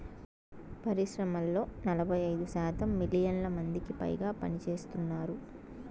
పరిశ్రమల్లో నలభై ఐదు శాతం మిలియన్ల మందికిపైగా పనిచేస్తున్నారు